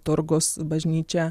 turgus bažnyčia